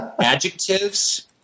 adjectives